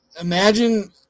imagine –